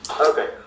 Okay